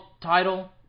title